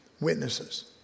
witnesses